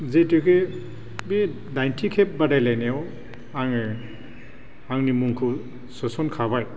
जिहेथुखे बे दाइनथि खेब बादायलायनायाव आङो आंनि मुंखौ सोसनखाबाय